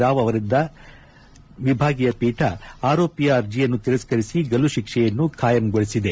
ರಾವ್ ಅವರ ನೇತೃತ್ವದ ವಿಭಾಗೀಯ ಪೀಠ ಆರೋಪಿಯ ಅರ್ಜೆಯನ್ನು ತಿರಸ್ಕರಿಸಿ ಗಲ್ಲು ಶಿಕ್ಷೆಯನ್ನು ಖಾಯಂಗೊಳಿಸಿದೆ